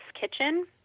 Kitchen